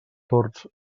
tords